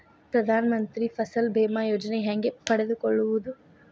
ಪ್ರಧಾನ ಮಂತ್ರಿ ಫಸಲ್ ಭೇಮಾ ಯೋಜನೆ ಹೆಂಗೆ ಪಡೆದುಕೊಳ್ಳುವುದು?